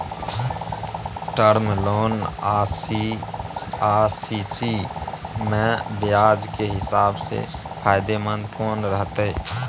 Term loan आ C C म ब्याज के हिसाब से फायदेमंद कोन रहते?